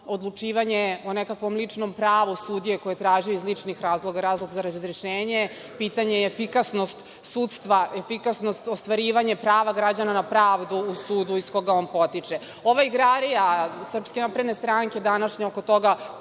odlučivanje o nekakvom ličnom pravu sudije koje je tražio iz ličnih razloga, razloga za razrešenje je pitanje efikasnosti sudstva, efikasnost ostvarivanja prava građana na pravdu u sudu iz koga on potiče. Ova igrarija SNS današnja oko toga